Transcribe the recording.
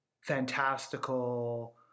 fantastical